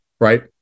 right